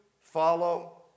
follow